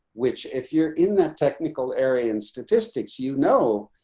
which if you're in that technical area, and statistics, you know,